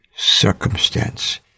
Circumstance